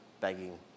begging